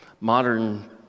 modern